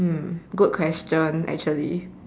hmm good question actually